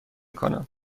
کنم